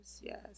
yes